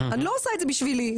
אני לא עושה את זה בשבילי,